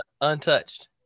untouched